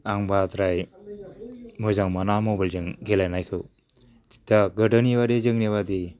आं बाराद्राय मोजां मोना मबेलजों गेलेनायखौ दा गोदोनि बादि जोंनि बादि